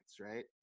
right